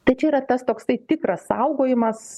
tai čia yra tas toksai tikras saugojimas